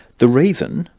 the reason,